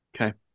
okay